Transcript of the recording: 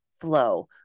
flow